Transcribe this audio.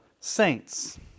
saints